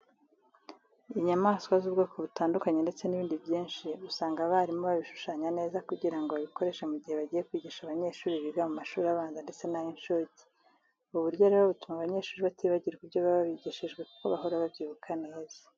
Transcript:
Inyamaswa z'ubwoko butandukanye ndetse n'ibindi byinshi usanga abarimu babishushanya neza kugira ngo babikoreshe mu gihe bagiye kwigisha abanyeshuri biga mu mashuri abanza ndetse n'ay'incuke. Ubu buryo rero butuma abanyeshuri batibagirwa ibyo baba bigishijwe kuko bahora babyibuka neza.